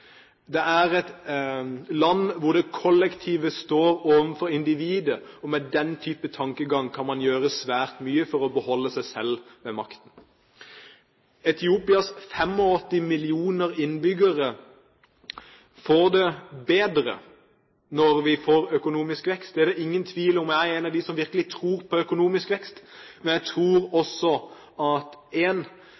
Det er et land hvor det kollektive står ovenfor individet, og med den type tankegang kan man gjøre svært mye for å holde seg selv ved makten. Etiopias 85 millioner innbyggere får det bedre når vi får økonomisk vekst. Det er det ingen tvil om. Jeg er en av dem som tror på økonomisk vekst, men jeg tror